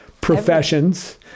professions